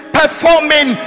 performing